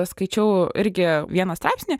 skaičiau irgi vieną straipsnį